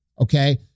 Okay